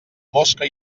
mosca